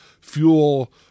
fuel